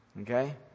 Okay